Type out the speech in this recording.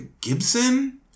Gibson